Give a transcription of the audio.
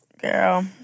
girl